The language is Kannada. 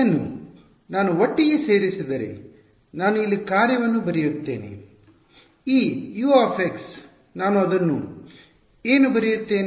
ಇದನ್ನು ಒಟ್ಟಿಗೆ ಸೇರಿಸಿದರೆ ನಾನು ಇಲ್ಲಿ ಕಾರ್ಯವನ್ನು ಬರೆಯುತ್ತೇನೆ ಈ U ನಾನು ಅದನ್ನು ಏನು ಬರೆಯುತ್ತೇನೆ